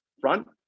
front